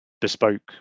bespoke